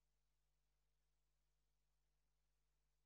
2019, בשעה 11:00.